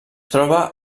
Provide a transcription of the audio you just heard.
troba